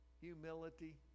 humility